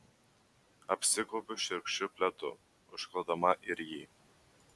apsigaubiu šiurkščiu pledu užklodama ir jį